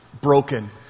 broken